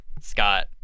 Scott